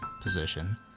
position